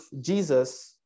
Jesus